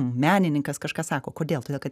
menininkas kažką sako kodėl todėl kad